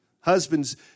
husbands